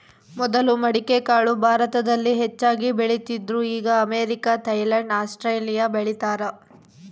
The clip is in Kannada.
ಮೊದಲು ಮಡಿಕೆಕಾಳು ಭಾರತದಲ್ಲಿ ಹೆಚ್ಚಾಗಿ ಬೆಳೀತಿದ್ರು ಈಗ ಅಮೇರಿಕ, ಥೈಲ್ಯಾಂಡ್ ಆಸ್ಟ್ರೇಲಿಯಾ ಬೆಳೀತಾರ